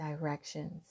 directions